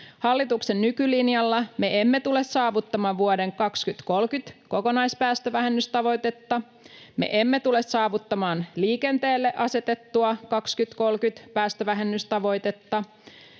Hallituksen nykylinjalla me emme tule saavuttamaan vuoden 2030 kokonaispäästövähennystavoitetta, me emme tule saavuttamaan liikenteelle asetettua 2030-päästövähennystavoitetta.